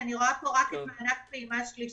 כי אני רואה פה רק את מענק פעימה שלישית.